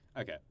Okay